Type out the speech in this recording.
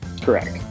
Correct